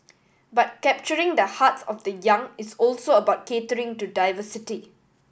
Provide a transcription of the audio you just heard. but capturing the hearts of the young is also about catering to diversity